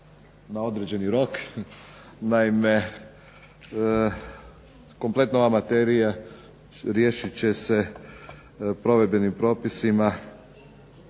na određeni rok. Naime, kompletno ova materija riješit će se provedbenim propisima